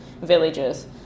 villages